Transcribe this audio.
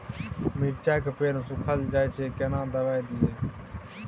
मिर्चाय के पेड़ सुखल जाय छै केना दवाई दियै?